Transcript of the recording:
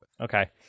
Okay